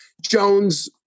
Jones